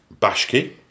Bashki